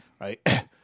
right